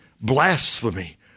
blasphemy